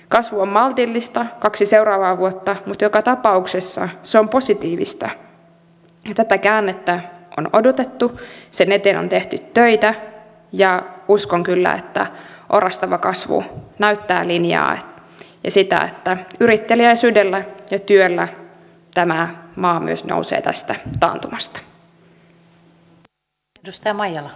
kasvu on maltillista kaksi seuraavaa vuotta mutta joka tapauksessa se positiivista ja tätä käännettä on odotettu sen eteen on tehty töitä ja uskon kyllä että orastava kasvu näyttää linjaa ja sitä että yritteliäisyydellä ja työllä tämä maa myös nousee tästä taantumasta